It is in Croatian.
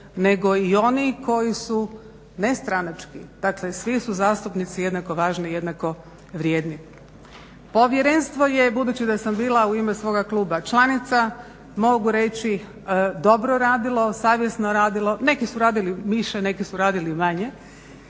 nego i oni koji su nestranački. Dakle svi su zastupnici jednako važni i jednako vrijedni. Povjerenstvo je budući da sam bila u ime svoga kluba članica mogu reći dobro radilo, savjesno radilo, neki su radili više, neki su radili manje,